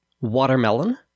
watermelon